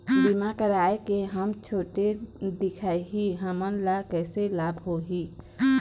बीमा कराए के हम छोटे दिखाही हमन ला कैसे लाभ होही?